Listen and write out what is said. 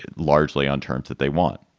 largely on terms that they want.